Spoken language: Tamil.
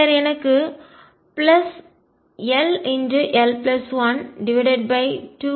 பின்னர் எனக்கு ll12mr3uVrurEur கிடைக்கிறது